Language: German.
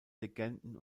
legenden